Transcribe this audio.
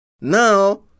Now